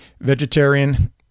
vegetarian